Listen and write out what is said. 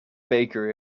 baker